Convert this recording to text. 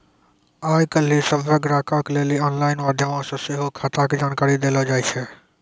आइ काल्हि सभ्भे ग्राहको के लेली आनलाइन माध्यमो से सेहो खाता के जानकारी देलो जाय छै